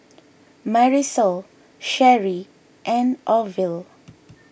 Marisol Sheri and Orvil